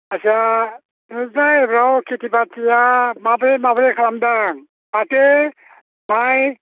आच्चा नोंसोरनि जायगायाव खेति बातिया माबोरै माबोरै खालामदों फाथो माइ